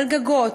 על גגות,